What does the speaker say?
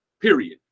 Period